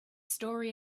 story